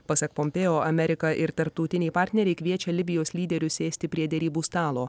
pasak pompėjo amerika ir tarptautiniai partneriai kviečia libijos lyderius sėsti prie derybų stalo